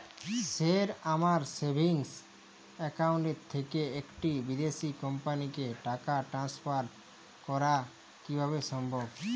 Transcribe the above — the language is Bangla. স্যার আমার সেভিংস একাউন্ট থেকে একটি বিদেশি কোম্পানিকে টাকা ট্রান্সফার করা কীভাবে সম্ভব?